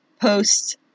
post